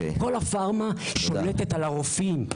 הפארמה שולטת על הרופאים.